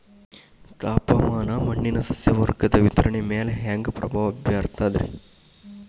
ತಾಪಮಾನ ಮಣ್ಣಿನ ಸಸ್ಯವರ್ಗದ ವಿತರಣೆಯ ಮ್ಯಾಲ ಹ್ಯಾಂಗ ಪ್ರಭಾವ ಬೇರ್ತದ್ರಿ?